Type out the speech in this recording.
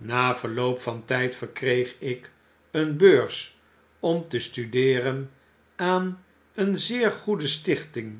na verloop van tijd verkreeg ik een beurs om te studeeren aan een zeer goede stichting